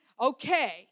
Okay